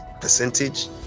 percentage